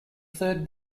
third